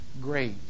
great